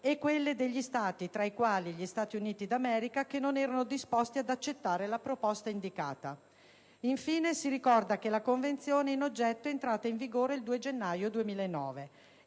e quelle degli Stati, tra i quali gli Stati Uniti d'America, che non erano disposti ad accettare la proposta indicata. Infine, si ricorda che la Convenzione in oggetto è entrata in vigore il 2 gennaio 2009.